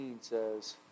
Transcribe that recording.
says